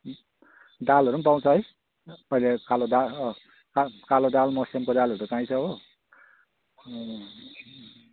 दालहरू पनि पाउँछ है अहिले कालो दाल अँ कालो कालो दाल मस्यामको दालहरू पाइन्छ हो